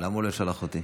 למה הוא לא שלח אותי?